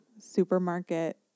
supermarket